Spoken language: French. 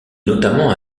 notamment